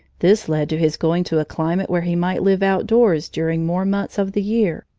this led to his going to a climate where he might live outdoors during more months of the year,